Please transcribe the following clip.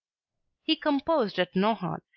he composed at nohant,